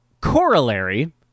corollary